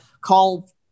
call